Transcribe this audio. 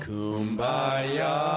Kumbaya